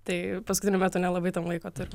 tai paskutiniu metu nelabai tam laiko turiu